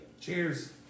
Cheers